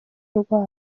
rwabo